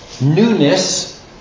newness